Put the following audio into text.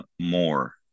more